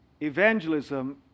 Evangelism